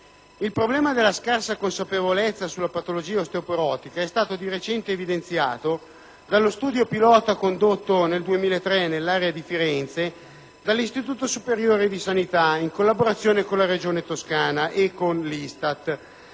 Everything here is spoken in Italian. Il problema della scarsa consapevolezza della patologia osteoporotica è stato di recente evidenziato dallo studio pilota condotto nel 2003 nell'area di Firenze dall'Istituto superiore di sanità, in collaborazione con la Regione Toscana e 1'ISTAT.